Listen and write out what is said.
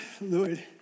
Lord